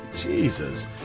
Jesus